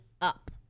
up